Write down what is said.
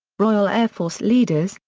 royal air force leaders,